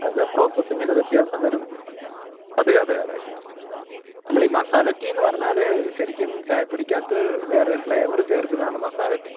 അതിൻ്റെ പ്രോസസ്സിംഗിന് വ്യത്യാസം വരുന്നത് അതെ അതെ അതെ നമ്മൾ ഈ മസാല ടീ എന്ന് പറഞ്ഞാൽ ശരിക്കും ചായപ്പൊടിക്കകത്ത് വേറെ ഫ്ലേവർ ചേർക്കുന്നതാണ് മസാല ടീ